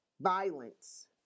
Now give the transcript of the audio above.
Violence